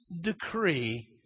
decree